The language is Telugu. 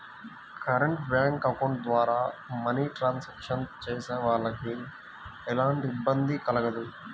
కరెంట్ బ్యేంకు అకౌంట్ ద్వారా మనీ ట్రాన్సాక్షన్స్ చేసేవాళ్ళకి ఎలాంటి ఇబ్బంది కలగదు